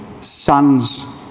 sons